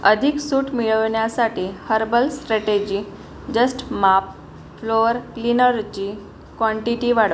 अधिक सूट मिळवण्यासाठी हर्बल स्ट्रॅटेजी जस्ट माप फ्लोअर क्लीनरची क्वांटीटी वाढव